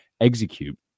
execute